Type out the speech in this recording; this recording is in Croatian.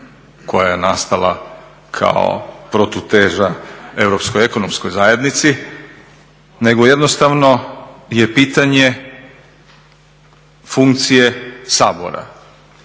koja je nastala kao protuteža europskoj ekonomskoj zajednici nego jednostavno je pitanje funkcije Sabora.